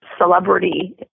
celebrity